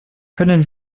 könnten